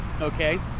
Okay